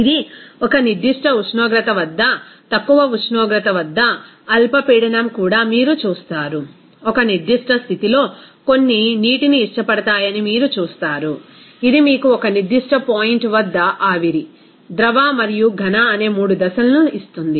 ఇది ఒక నిర్దిష్ట ఉష్ణోగ్రత వద్ద తక్కువ ఉష్ణోగ్రత వద్ద అల్ప పీడనం కూడా మీరు చూస్తారు ఒక నిర్దిష్ట స్థితిలో కొన్ని నీటిని ఇష్టపడతాయని మీరు చూస్తారు ఇది మీకు ఆ ఒక నిర్దిష్ట పాయింట్ వద్ద ఆవిరి ద్రవ మరియు ఘన అనే 3 దశలను ఇస్తుంది